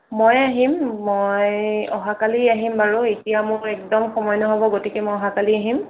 মই আহিম মই অহাকালি আহিম বাৰু এতিয়া মোৰ একদম সময় নহ'ব গতিকে মই অহাকালি আহিম